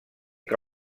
que